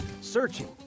searching